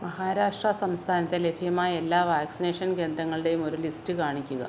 മഹാരാഷ്ട്ര സംസ്ഥാനത്ത് ലഭ്യമായ എല്ലാ വാക്സിനേഷൻ കേന്ദ്രങ്ങളുടെയും ഒരു ലിസ്റ്റ് കാണിക്കുക